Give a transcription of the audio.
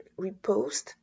repost